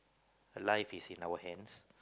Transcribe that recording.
life is in our hands